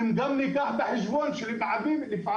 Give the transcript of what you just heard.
אם לא ניקח בחשבון שלפעמים,